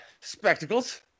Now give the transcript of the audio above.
spectacles